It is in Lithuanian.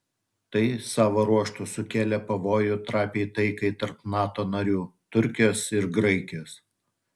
tai savo ruožtu sukėlė pavojų trapiai taikai tarp nato narių turkijos ir graikijos